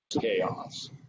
chaos